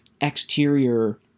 exterior